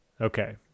Okay